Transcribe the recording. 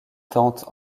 tentent